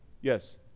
yes